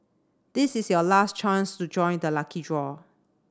this is your last chance to join the lucky draw